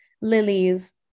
lilies